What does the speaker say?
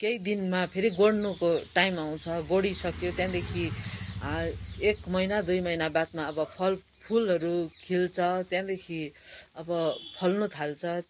केही दिनमा फेरि गोड्नुको टाइम आउँछ गोडिसक्यो त्यहाँदेखि एक महिना दुई महिना बादमा अब फल फुलहरू खिल्छ त्यहाँदेखि अब फल्नु थाल्छ